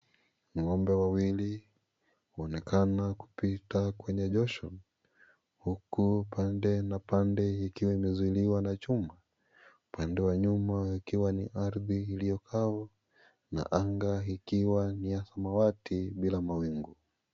Ng'ombe wawili waonekana kupita kwenye josho huku pande na pande ikiwa imezuiliwa na chuma. Upande wa nyuma ikiwa ni ardhi iliyo kavu na anga ikiwa ni ya samawati bila mawingu.